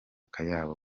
kayabo